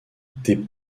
des